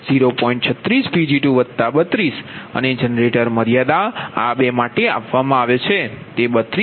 36Pg232 અને generator મર્યાદા આ બે માટે આપવામાં આવે છે